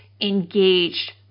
engaged